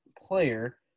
player